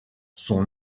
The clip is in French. son